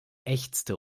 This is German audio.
ächzte